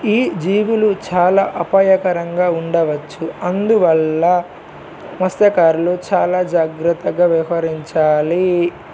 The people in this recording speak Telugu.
ఈ జీవులు చాలా అపాయకరంగా ఉండవచ్చు అందువల్ల మత్స కారులు చాలా జాగ్రత్తగా వ్యవహరించాలి